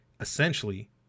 essentially